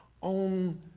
on